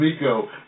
Miko